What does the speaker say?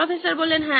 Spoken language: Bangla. প্রফেসর হ্যাঁ